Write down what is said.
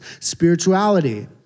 spirituality